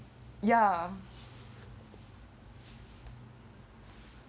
ya